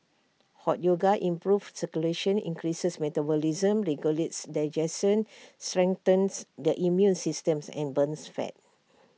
hot yoga improves circulation increases metabolism regulates digestion strengthens the immune systems and burns fat